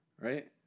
Right